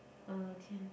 uh can